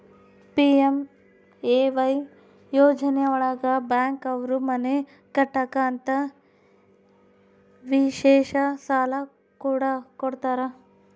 PMAY ಯೋಜನೆ ಒಳಗ bank ಅವ್ರು ಮನೆ ಕಟ್ಟಕ್ ಅಂತ ವಿಶೇಷ ಸಾಲ ಕೂಡ ಕೊಡ್ತಾರ